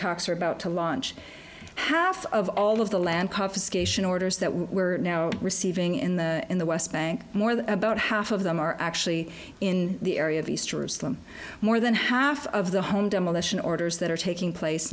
talks are about to launch half of all of the land confiscation orders that were now receiving in the in the west bank more than about half of them are actually in the area of easterners them more than half of the home demolition orders that are taking place